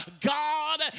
god